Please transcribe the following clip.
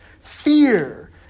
Fear